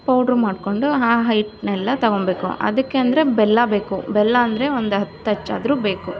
powder ಮಾಡಿಕೊಂಡು ಆ ಹಿಟ್ಟನ್ನೆಲ್ಲ ತಗೊಳ್ಬೇಕು ಅದಕ್ಕೆಂದ್ರೆ ಬೆಲ್ಲ ಬೇಕು ಬೆಲ್ಲ ಅಂದರೆ ಒಂದು ಹತ್ತು ಅಚ್ಚು ಆದರೂ ಬೇಕು